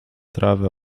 trawę